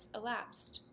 elapsed